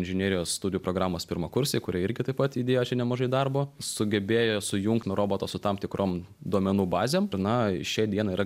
inžinerijos studijų programos pirmakursiai kurie irgi taip pat įdėjo nemažai darbo sugebėjo sujungti nuo roboto su tam tikrom duomenų bazėm na šiai dienai yra